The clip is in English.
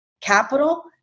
capital